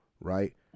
right